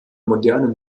modernen